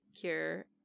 cure